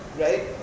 right